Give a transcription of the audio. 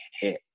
hit